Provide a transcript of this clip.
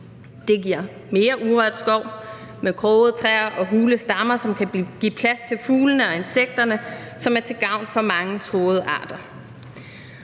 Det giver mere urørt skov med krogede træer og hule stammer, som kan give plads til fuglene og insekterne, som er til gavn for mange truede arter.